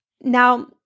Now